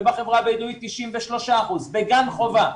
ובחברה הבדואית 93% בגן חובה.